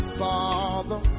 father